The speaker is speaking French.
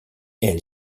elle